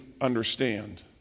understand